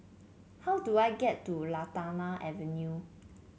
how do I get to Lantana Avenue